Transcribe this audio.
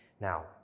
Now